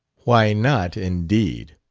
why not, indeed?